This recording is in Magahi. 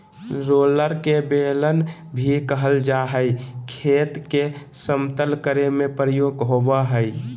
रोलर के बेलन भी कहल जा हई, खेत के समतल करे में प्रयोग होवअ हई